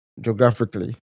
geographically